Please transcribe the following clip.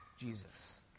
Jesus